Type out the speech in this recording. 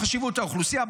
בחשיבות האוכלוסייה,